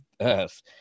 earth